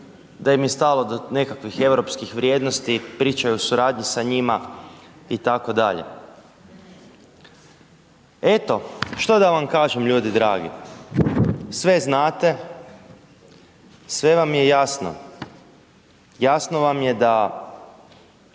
da im je stalo do nekakvih europskih vrijednosti, pričaju o suradnji sa njima itd. Eto, što da vam kažem ljudi dragi, sve znate, sve vam je jasno, jasno vam je da